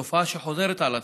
זו תופעה שחוזרת על עצמה,